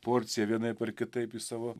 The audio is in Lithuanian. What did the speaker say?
porciją vienaip ar kitaip į savo